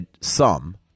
sum